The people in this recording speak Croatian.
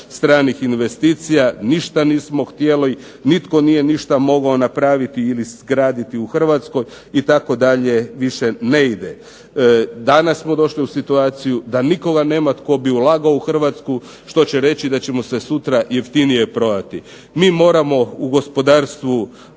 stranih investicija. Ništa nismo htjeli, nitko nije ništa mogao napraviti ili izraditi u Hrvatskoj itd. više ne ide. Danas smo došli u situaciju da nikoga nema tko bi ulagao u Hrvatsku, što će reći da ćemo se sutra jeftinije prodati. Mi moramo u gospodarstvu